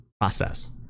process